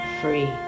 free